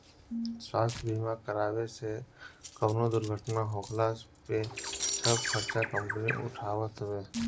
स्वास्थ्य बीमा करावे से कवनो दुर्घटना होखला पे सब खर्चा कंपनी उठावत हवे